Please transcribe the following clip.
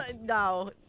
No